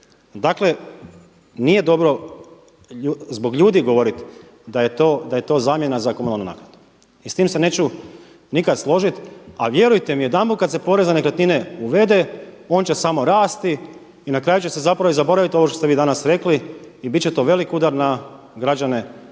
Dakle, nije dobro zbog ljudi govoriti da je to zamjena za komunalnu naknadu i s tim se neću nikada složiti. A vjerujte mi jedanput kada se porez na nekretnine uvede, on će samo rasti i na kraju će se zapravo i zaboraviti ovo što ste vi danas rekli i bit će to velik udar na građane,